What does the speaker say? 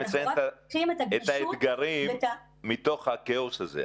אנחנו רק צריכים את הגמישות --- את מציינת את האתגרים מתוך הכאוס הזה,